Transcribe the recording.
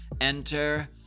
Enter